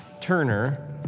Turner